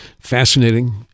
fascinating